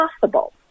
possible